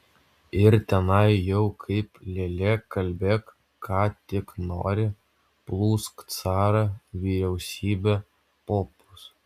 ir tenai jau kaip lėlė kalbėk ką tik nori plūsk carą vyriausybę popus